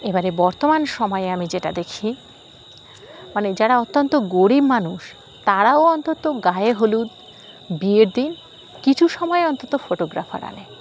এবারে বর্তমান সময়ে আমি যেটা দেখি মানে যারা অত্যন্ত গরিব মানুষ তারাও অন্তত গায়ে হলুদ বিয়ের দিন কিছু সময় অন্তত ফটোগ্রাফার আনে